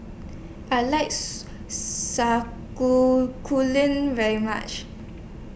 I likes very much